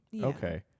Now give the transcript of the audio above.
Okay